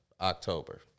October